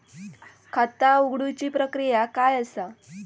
खाता उघडुची प्रक्रिया काय असा?